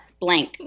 blank